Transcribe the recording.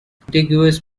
contiguous